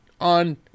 on